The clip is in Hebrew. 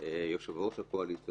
יושב-ראש הקואליציה,